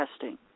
testing